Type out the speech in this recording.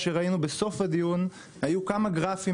בסוף הדיון, כשהראו בכמה גרפים